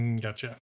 Gotcha